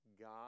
God